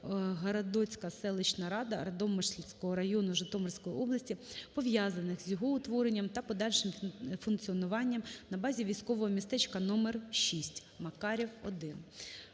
(Городоцька селищна рада Радомишльського району Житомирської області), пов'язаних із його утворенням та подальшим функціонуванням на базі військового містечка № 6 (Макарів –